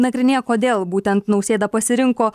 nagrinėja kodėl būtent nausėda pasirinko